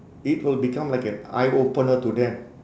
it will become like an eye opener to them